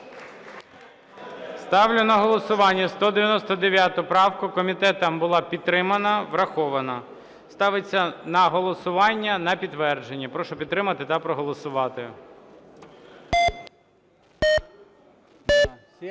Ставлю на голосування 199 правку, комітетом була підтримана, врахована, ставиться на голосування на підтвердження. Прошу підтримати та проголосувати.